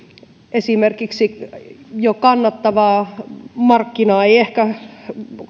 esimerkiksi jo kannattavaa markkinaa ei ehkä